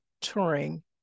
touring